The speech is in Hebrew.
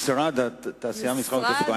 משרד התעשייה, המסחר והתעסוקה.